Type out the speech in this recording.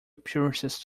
appearances